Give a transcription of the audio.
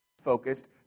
focused